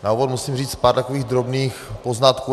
Na úvod musím říct pár takových drobných poznatků.